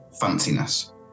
fanciness